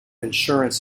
insurance